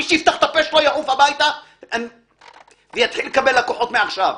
מי שיפתח את הפה שלו יעוף הביתה ויתחיל לקבל לקוחות מעכשיו.